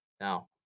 Now